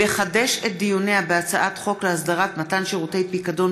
לחדש את דיוניה בהצעת חוק להסדרת מתן שירותי פיקדון